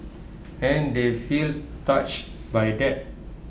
and they feel touched by that